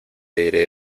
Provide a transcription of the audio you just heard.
diré